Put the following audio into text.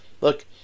look